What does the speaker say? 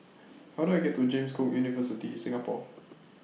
How Do I get to James Cook University Singapore